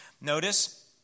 Notice